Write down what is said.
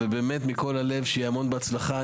מכל הלב שיהיה המון בהצלחה.